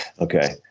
Okay